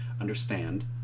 understand